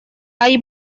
hay